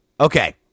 Okay